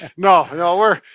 no, no, we're,